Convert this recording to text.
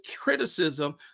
criticism